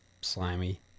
slimy